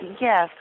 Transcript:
Yes